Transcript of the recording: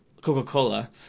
Coca-Cola